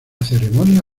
ceremonia